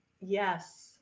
Yes